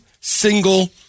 single